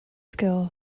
skill